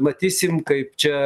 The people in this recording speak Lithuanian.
matysim kaip čia